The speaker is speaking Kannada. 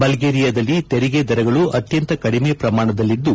ಬಲ್ಗೇರಿಯಾದಲ್ಲಿ ತೆರಿಗೆ ದರಗಳ ಅತ್ತಂತ ಕಡಿಮೆ ಪ್ರಮಾಣದಲ್ಲಿದ್ದು